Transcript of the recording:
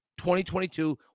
2022